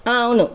అవును